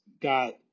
got